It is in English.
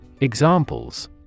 Examples